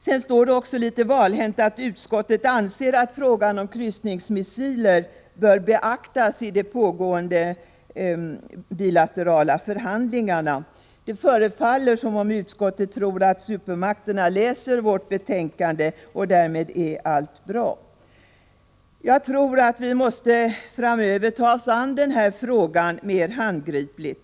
Sedan står det också litet försiktigt att utskottet anser att frågan om kryssningsmissiler bör beaktas i de pågående bilaterala förhandlingarna. Det förefaller som om utskottet tror att supermakterna läser vårt betänkande och att allt därmed vore bra. Jag tror att vi framöver måste ta oss an den här frågan mer handgripligt.